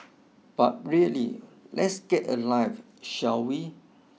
but really let's get a life shall we